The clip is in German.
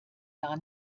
gar